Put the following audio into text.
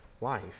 life